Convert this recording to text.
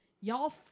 y'all